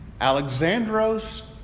Alexandros